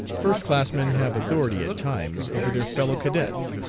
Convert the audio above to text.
first-classmen have authority at times over their fellow cadets.